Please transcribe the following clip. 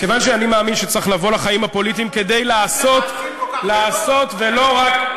כיוון שאני מאמין שצריך לבוא לחיים הפוליטיים כדי לעשות ולא רק,